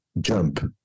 Jump